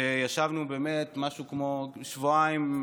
שישבנו באמת משהו כמו שבועיים,